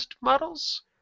models